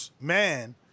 man